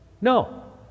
no